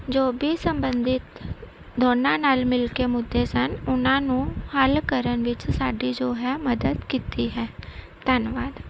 ਜੋ ਵੀ ਸੰਬੰਧਿਤ ਦੋਨਾਂ ਨਾਲ ਮਿਲ ਕੇ ਮੁੱਦੇ ਸਨ ਉਹਨਾਂ ਨੂੰ ਹੱਲ ਕਰਨ ਵਿੱਚ ਸਾਡੀ ਜੋ ਹੈ ਮਦਦ ਕੀਤੀ ਹੈ ਧੰਨਵਾਦ